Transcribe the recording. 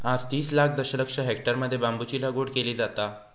आज तीस लाख दशलक्ष हेक्टरमध्ये बांबूची लागवड केली जाता